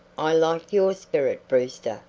i like your spirit, brewster,